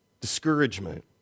discouragement